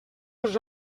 els